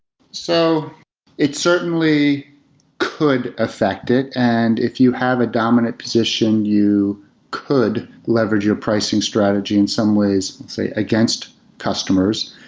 so it certainly could affect it, and if you have a dominant position, you could leverage your pricing strategy in some ways, say, against customers.